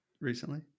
recently